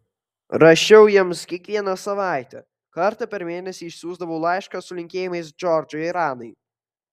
rašiau jiems kiekvieną savaitę kartą per mėnesį išsiųsdavau laišką su linkėjimais džordžui ir anai